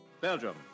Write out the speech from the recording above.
Belgium